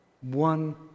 one